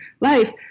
life